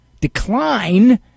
decline